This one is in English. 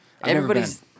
everybody's